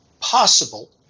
possible